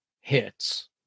hits